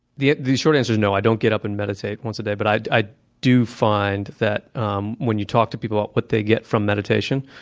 the the short answer is no, i don't get up and meditate once a day. but i i do find that um when you talk to people about what they get from meditation,